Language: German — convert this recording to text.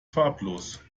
farblos